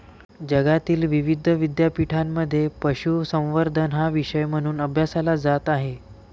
जगातील विविध विद्यापीठांमध्ये पशुसंवर्धन हा विषय म्हणून अभ्यासला जात आहे